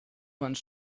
wand